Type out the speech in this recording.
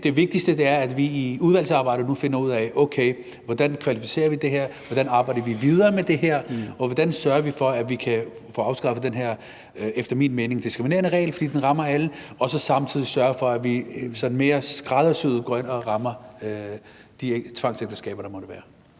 det vigtigste er, at vi i udvalgsarbejdet nu finder ud af, hvordan vi kvalificerer det her, hvordan vi arbejder videre med det her, og hvordan vi sørger for, at vi kan få afskaffet den her efter min mening diskriminerende regel, fordi den rammer alle, og så samtidig sørger for, at vi sådan mere skræddersyet går ind og rammer de tvangsægteskaber, der måtte være.